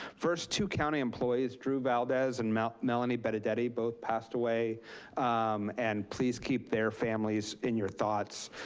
first, two county employees, drew valdez and melanie melanie benedetti, both passed away and please keep their families in your thoughts.